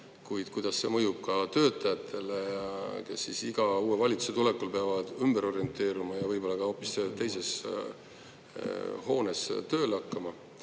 kuidas see mõjub töötajatele, kes iga uue valitsuse tulekul peavad ümber orienteeruma ja võib-olla ka hoopis teises hoones tööle